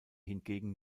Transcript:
hingegen